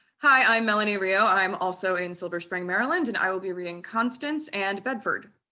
hi, i'm melanie rio. i'm also in silver spring, maryland, and i will be reading constance and bedford.